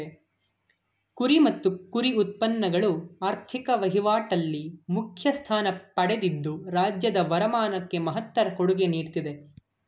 ಕುರಿ ಮತ್ತು ಕುರಿ ಉತ್ಪನ್ನಗಳು ಆರ್ಥಿಕ ವಹಿವಾಟಲ್ಲಿ ಮುಖ್ಯ ಸ್ಥಾನ ಪಡೆದಿದ್ದು ರಾಜ್ಯದ ವರಮಾನಕ್ಕೆ ಮಹತ್ತರ ಕೊಡುಗೆ ನೀಡ್ತಿದೆ